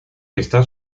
está